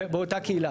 באותה קהילה.